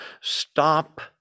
stop